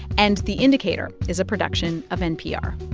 and the indicator is a production of npr